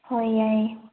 ꯍꯣꯏ ꯌꯥꯏꯌꯦ